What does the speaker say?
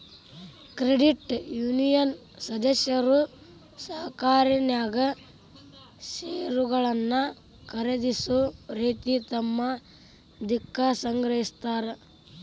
credit union ಸದಸ್ಯರು ಸಹಕಾರಿನ್ಯಾಗ್ ಷೇರುಗಳನ್ನ ಖರೇದಿಸೊ ರೇತಿ ತಮ್ಮ ರಿಕ್ಕಾ ಸಂಗ್ರಹಿಸ್ತಾರ್